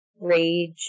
Rage